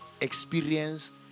experienced